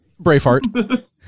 Braveheart